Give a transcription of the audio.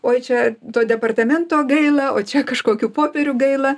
oi čia to departamento gaila o čia kažkokių popierių gaila